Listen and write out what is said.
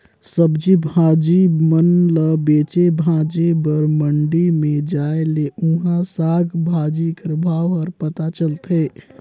सब्जी भाजी मन ल बेचे भांजे बर मंडी में जाए ले उहां साग भाजी कर भाव हर पता चलथे